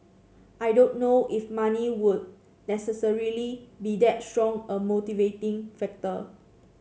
I don't know if money would necessarily be that strong a motivating factor